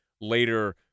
later